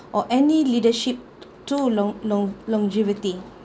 or any leadership to long~ long~ longevity